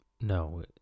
No